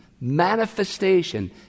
manifestation